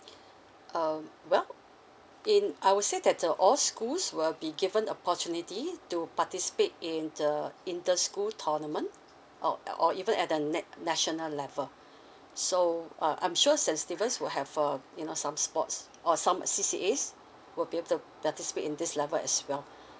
um well in I would say that the all schools will be given opportunity to participate in the inter school tournament or or even at the nat~ national level so uh I'm sure saint stephen's will have a you know some sports or some C_C_A_S will be able to participate in this level as well